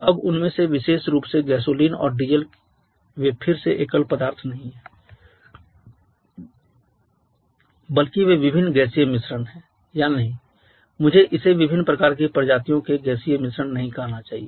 अब उनमें से विशेष रूप से गैसोलीन और डीजल वे फिर से एकल पदार्थ नहीं हैं बल्कि वे विभिन्न गैसीय मिश्रण हैं या नहीं मुझे इसे विभिन्न प्रकार की प्रजातियों के गैसीय मिश्रण नहीं कहना चाहिए